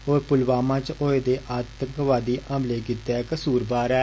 ओह् पुलवामा च होए दे आतंकवादी हमले गितै कसूरवार ऐ